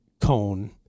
cone